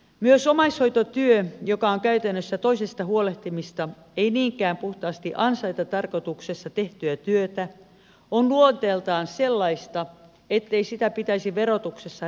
myös omaishoitotyö joka on käytännössä toisesta huolehtimista ei niinkään puhtaasti ansaintatarkoituksessa tehtyä työtä on luonteeltaan sellaista ettei sitä pitäisi verotuksessa rinnastaa ansiotyöhön